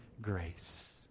grace